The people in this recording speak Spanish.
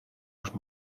los